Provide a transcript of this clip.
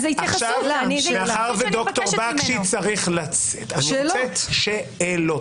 מאחר שד"ר בקשי צריך לצאת אני רוצה שאלות,